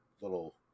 little